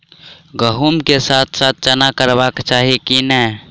गहुम केँ साथ साथ चना करबाक चाहि की नै?